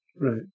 Right